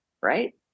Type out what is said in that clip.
right